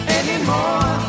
anymore